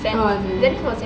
that was